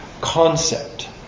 concept